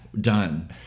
Done